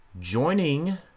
joining